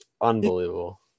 Unbelievable